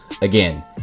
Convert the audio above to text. Again